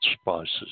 spices